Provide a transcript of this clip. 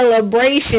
celebration